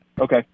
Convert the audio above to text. Okay